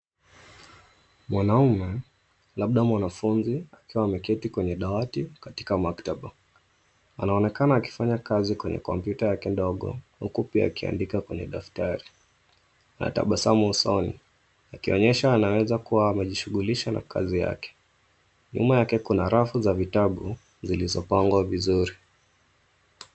Mwanaume labda mwanafunzi akiwa ameketi kwenye dawati katika maktaba. Anaonekana akifanya kazi kwenye kompyuta yake ndogo huku pia akiandika kwenye daftari. Anatabasamu usoni akionyesha anaweza kuwa amejishughulisha na kazi yake. Nyuma yake kuna rafu za vitabu zilizopangwa vizuri.